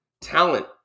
talent